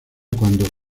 cuando